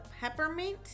peppermint